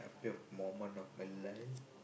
period moment of my life